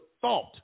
thought